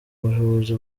bushobozi